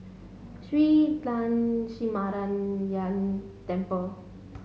Shree Lakshminarayanan Temple